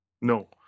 No